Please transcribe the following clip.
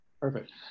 perfect